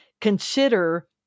consider